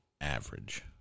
Average